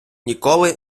ніколи